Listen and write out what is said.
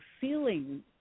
feeling